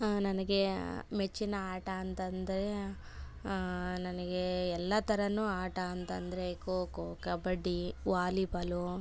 ನನಗೆ ಮೆಚ್ಚಿನ ಆಟ ಅಂತಂದರೆ ನನಗೆ ಎಲ್ಲ ಥರನು ಆಟ ಅಂತಂದರೆ ಖೋ ಖೋ ಕಬಡ್ಡಿ ವಾಲಿಬಾಲು